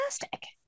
fantastic